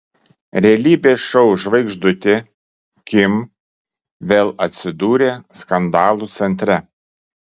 realybės šou žvaigždutė kim vėl atsidūrė skandalų centre